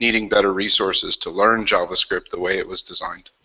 needing better resources to learn javascript the way it was designed?